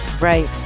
Right